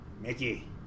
Mickey